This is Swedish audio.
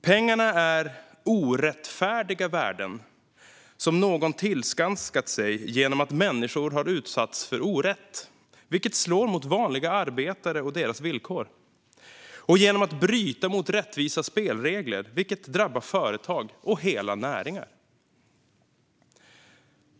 Pengarna är orättfärdiga värden som någon har tillskansat sig genom att människor har utsatts för orätt - vilket slår mot vanliga arbetare och deras villkor - och genom att bryta mot rättvisa spelregler, vilket drabbar företag och hela näringar.